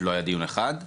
לא היה דיון אחד.